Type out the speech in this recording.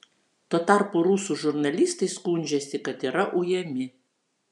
tuo tarpu rusų žurnalistai skundžiasi kad yra ujami